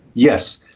yes.